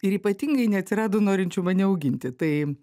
ir ypatingai neatsirado norinčių mane auginti tai